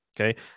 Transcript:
Okay